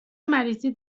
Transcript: مریضی